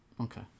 Okay